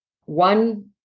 one